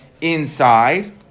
inside